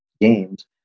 games